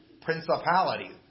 principality